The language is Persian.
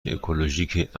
اکولوژیک